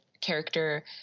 character